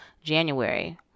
january